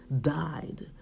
died